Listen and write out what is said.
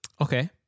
Okay